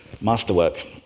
masterwork